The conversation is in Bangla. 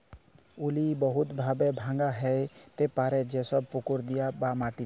উইড বহুত ভাবে ভাঙা হ্যতে পারে যেমল পুকুর দিয়ে বা মাটি দিয়ে